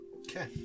Okay